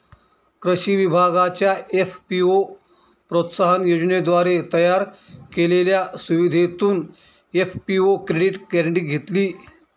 कृषी विभागाच्या एफ.पी.ओ प्रोत्साहन योजनेद्वारे तयार केलेल्या सुविधेतून एफ.पी.ओ क्रेडिट गॅरेंटी घेतली